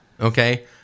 Okay